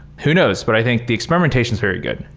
who knows? but i think the experimentation is very good.